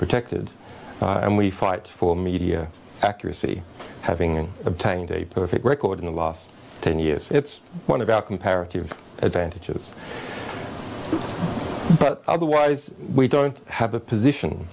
protected and we fight for media accuracy having obtained a perfect record in the last ten years it's one of our comparative advantages but otherwise we don't have a position